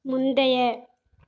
முந்தைய